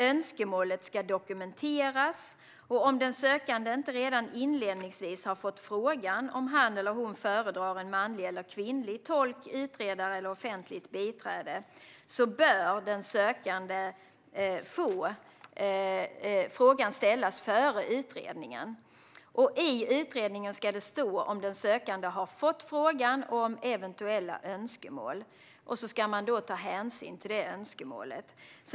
Önskemålet ska dokumenteras, och om sökanden inte redan inledningsvis har fått frågan om han eller hon föredrar en manlig eller kvinnlig tolk, utredare eller offentligt biträde bör frågan ställas före utredningen. I utredningen ska det stå om sökanden har fått frågan och om eventuella önskemål. Man ska ta hänsyn till önskemålet.